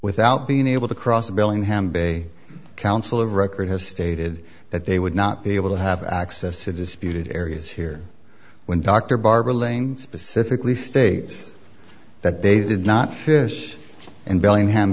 without being able to cross a billingham day counsel of record has stated that they would not be able to have access to disputed areas here when dr barbara ling specifically states that they did not fish in bellingham